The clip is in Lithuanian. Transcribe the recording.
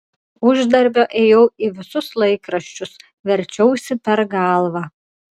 uždarbio ėjau į visus laikraščius verčiausi per galvą